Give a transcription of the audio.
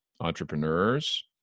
entrepreneurs